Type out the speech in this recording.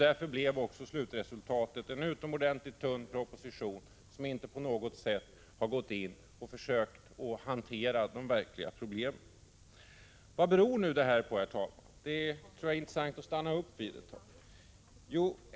Därför blev också slutresultatet en utomordentligt tunn proposition, där det inte på något sätt har gjorts försök att hantera de verkliga problemen. Vad beror nu detta Prot. 1985/86:158 på? Det vore intressant att stanna upp vid denna fråga ett tag.